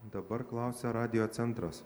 dabar klausia radijo centras